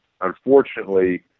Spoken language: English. Unfortunately